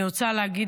אני רוצה להגיד,